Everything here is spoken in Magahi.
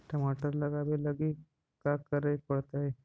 टमाटर लगावे लगी का का करये पड़तै?